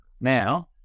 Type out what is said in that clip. now